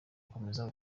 gukomeza